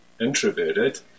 introverted